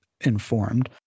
informed